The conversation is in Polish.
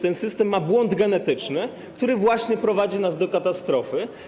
Ten system ma błąd genetyczny, który prowadzi nas do katastrofy.